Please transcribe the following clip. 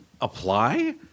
apply